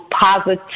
positive